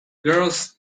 girls